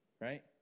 right